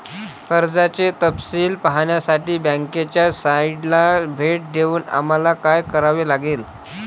कर्जाचे तपशील पाहण्यासाठी बँकेच्या साइटला भेट देऊन आम्हाला काय करावे लागेल?